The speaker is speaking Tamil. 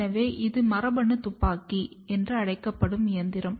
எனவே இது மரபணு துப்பாக்கி என்று அழைக்கப்படும் இயந்திரம்